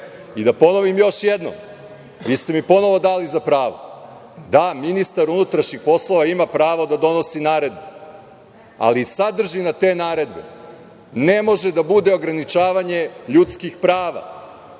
ponovim još jednom, jer ste mi ponovo dali za pravo. Da, ministar unutrašnjih poslova ima pravo da donosi naredbe, ali sadržina te naredbe ne može da bude ograničavanje ljudskih prava.